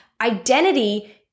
Identity